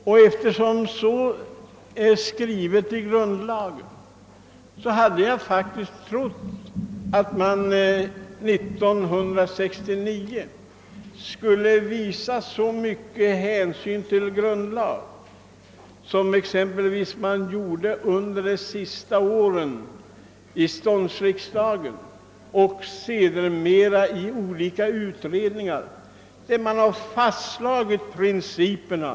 Och eftersom så är skrivet i grundlagen trodde jag faktiskt att man år 1969 skulle visa åtminstone lika stor hänsyn till den lagen som man gjorde exempelvis under ståndsriksdagens sista år och som man därefter visat i olika utredningar vilka slagit fast principerna.